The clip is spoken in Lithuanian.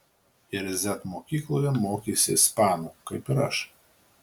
ir z mokykloje mokėsi ispanų kaip ir aš